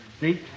See